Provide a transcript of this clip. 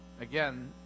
Again